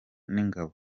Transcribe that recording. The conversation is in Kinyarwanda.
n’ingabo